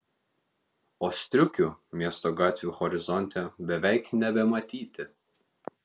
o striukių miesto gatvių horizonte beveik nebematyti